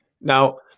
Now